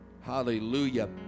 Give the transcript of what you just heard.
Hallelujah